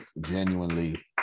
genuinely